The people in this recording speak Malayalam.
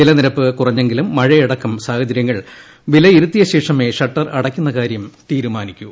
ജലനിരപ്പ് കുറഞ്ഞെങ്കിലും മഴയടക്കം സാഹചര്യങ്ങൾ വിലയിരുത്തിയ ശേഷമേ ഷട്ടർ അടക്കുന്ന കാര്യം തീരുമാനിക്കൂ